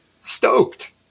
stoked